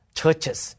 churches